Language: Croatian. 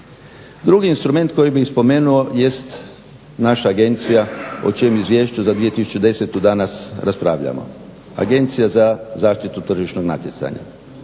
Drugi instrument koji bih spomenuo jest naša agencija o čijem Izvješću za 2010. danas raspravljamo, Agencija za zaštitu tržišnog natjecanja.